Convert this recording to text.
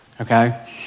okay